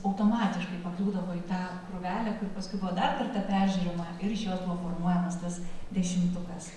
automatiškai pakliūdavo į tą krūvelę kur paskui buvo dar kartą peržiūrima ir iš jos buvo formuojamas tas dešimtukas